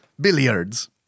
Billiards